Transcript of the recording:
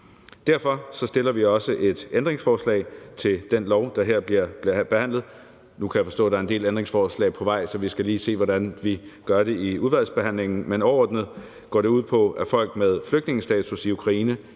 Derfor stiller vi også et ændringsforslag til det lovforslag, der her bliver behandlet. Nu kan jeg forstå, at der er en del ændringsforslag på vej, så vi skal lige se på, hvordan vi gør det, i udvalgsbehandlingen. Men overordnet går det ud på, at folk med flygtningestatus i Ukraine